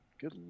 Good